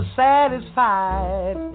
satisfied